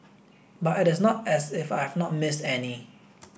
but it is not as if I have not missed any